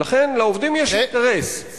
לכן, לעובדים יש אינטרס.